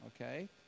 Okay